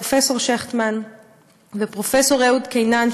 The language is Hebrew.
פרופ' שכטמן ופרופ' אהוד קינן,